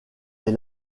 est